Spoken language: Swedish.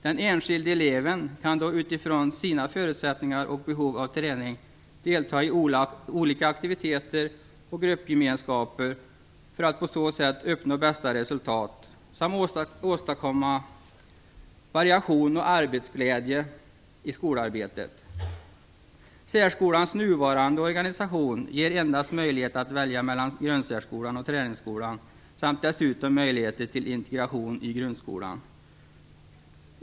Den enskilde eleven kan då utifrån sina förutsättningar och behov av träning delta i olika aktiviteter och gruppgemenskaper, för att på så sätt uppnå bästa resultat samt åstadkomma variation och arbetsglädje i skolarbetet. Särskolans nuvarande organisation ger endast möjligheter att välja mellan grundsärskolan och träningsskolan samt dessutom möjligheter till integration i grundskolan.